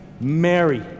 Mary